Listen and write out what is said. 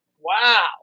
Wow